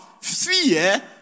Fear